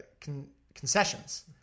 Concessions